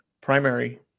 primary